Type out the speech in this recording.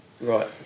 Right